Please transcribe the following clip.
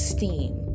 Steam